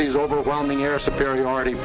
seems overwhelming your superiority